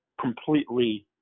completely